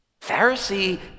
Pharisee